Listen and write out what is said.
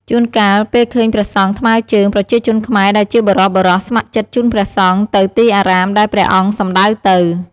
ជួនកាល ពេលឃើញព្រះសង្ឃថ្មើរជើង ប្រជាជនខ្មែរដែលជាបុរសៗស្ម័គ្រចិត្តជូនព្រះសង្ឃទៅទីអារាមដែលព្រះអង្គសំដៅទៅ។